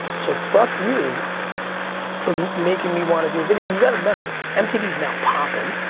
so fuck you for making me wanna do a video. and you gotta remember, mtv is now poppin',